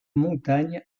montagnes